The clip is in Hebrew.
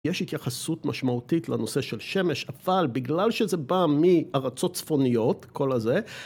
יש התייחסות משמעותית לנושא של שמש, אבל בגלל שזה בא מארצות צפוניות, כל הזה